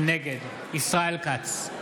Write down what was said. נגד ישראל כץ,